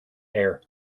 air